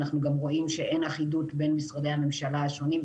אנחנו גם רואים שאין אחידות בין משרדי הממשלה השונים,